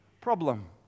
problem